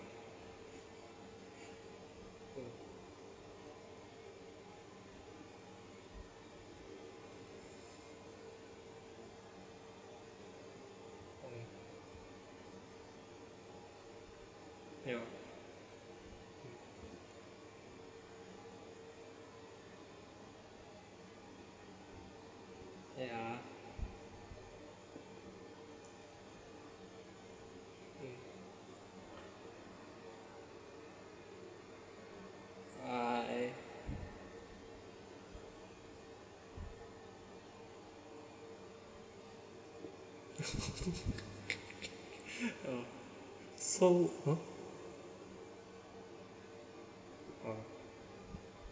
ya ya ya ah so !huh! oh